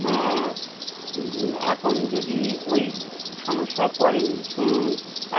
হ্যাঁ এখন যদি ওই সমস্যায় পড়েন শুনুন